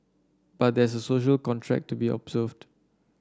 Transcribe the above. but there's a social contract to be observed